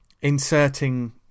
inserting